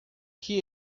que